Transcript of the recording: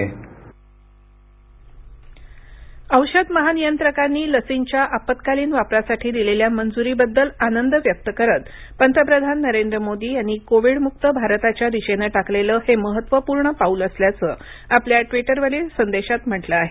पंतप्रधान नरेंद्र मोदी लस औषध महानियंत्रकांनी दिलेल्या लसींच्या आपत्कालीन वापरासाठी दिलेल्या मंजुरीबद्दल आनंद व्यक्त करत पंतप्रधान नरेंद्र मोदी यांनी कोविडमुक्त भारताच्या दिशेनं टाकलेलं हे महत्वपूर्ण पाऊल असल्याचं आपल्या ट्विटरवरील संदेशात म्हटलं आहे